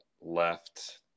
left